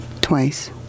twice